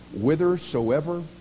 whithersoever